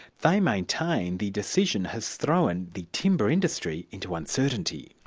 they maintain the decision has thrown the timber industry into uncertainty.